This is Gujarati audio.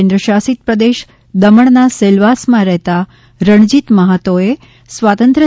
કેન્દ્ર શાસિત પ્રદેશ દમણના સેલવાસમાં રહેતા રણજીત મહાતોએ સ્વાતંત્ર્ય